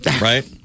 right